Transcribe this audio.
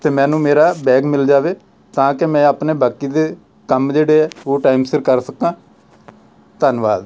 ਅਤੇ ਮੈਨੂੰ ਮੇਰਾ ਬੈਗ ਮਿਲ ਜਾਵੇ ਤਾਂ ਕਿ ਮੈਂ ਆਪਣੇ ਬਾਕੀ ਦੇ ਕੰਮ ਜਿਹੜੇ ਹੈ ਉਹ ਟਾਈਮ ਸਿਰ ਕਰ ਸਕਾਂ ਧੰਨਵਾਦ